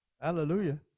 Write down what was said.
Hallelujah